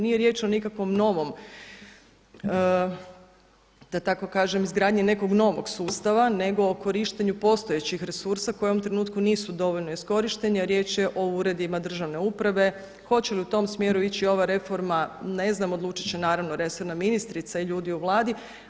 Nije riječ o nikakvom novom, da tako kažem izgradnji nekog novog sustava nego o korištenju postojećih resursa koji u ovom trenutku nisu dovoljno iskorišteni, riječ je o uredima državne uprave, hoće li u tom smjeru ići ova reforma, ne znam, odlučiti će naravno resorna ministrica i ljudi u Vladi.